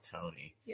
Tony